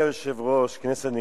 אדוני היושב-ראש, כנסת נכבדה,